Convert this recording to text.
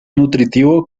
nutritivo